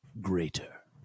greater